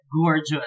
gorgeous